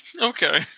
Okay